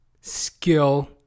skill